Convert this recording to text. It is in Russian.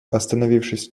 остановившись